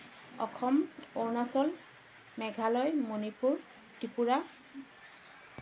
Assam Arunachal Meghalaya Manipur Tripura